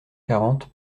quarante